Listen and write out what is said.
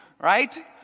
right